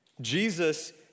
Jesus